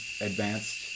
advanced